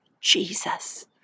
Jesus